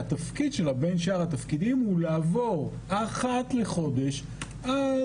שהתפקיד שלה בין שאר התפקידים הוא לעבור אחת לחודש על